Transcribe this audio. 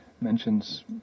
Mentions